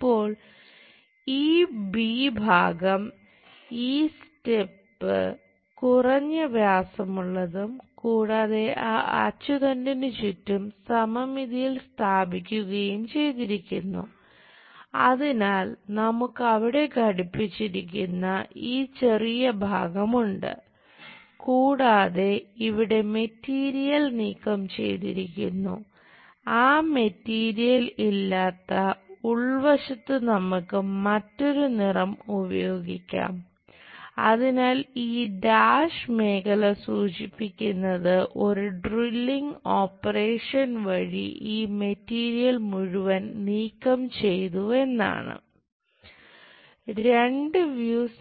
ഇപ്പോൾ ഈ ബി മുഴുവൻ നീക്കംചെയ്തുവെന്നാണ് രണ്ട് വ്യൂസ്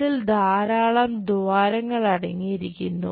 അതിൽ ധാരാളം ദ്വാരങ്ങൾ അടങ്ങിയിരിക്കുന്നു